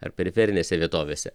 ar periferinėse vietovėse